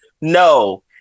No